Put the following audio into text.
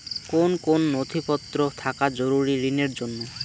কোন কোন নথিপত্র থাকা জরুরি ঋণের জন্য?